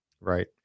Right